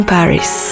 Paris